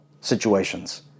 situations